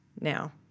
now